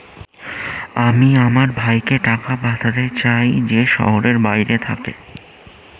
আমি আমার ভাইকে টাকা পাঠাতে চাই যে শহরের বাইরে থাকে